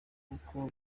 kuko